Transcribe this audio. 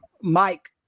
mike